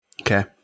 Okay